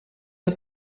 ist